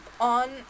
On